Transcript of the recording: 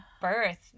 birth